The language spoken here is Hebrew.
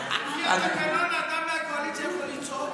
אדם מהקואליציה יכול לצעוק,